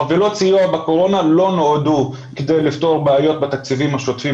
חבילות סיוע בקורונה לא נועדו כדי לפתור בעיות בתקציבים השוטפים